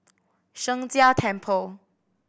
Sheng Jia Temple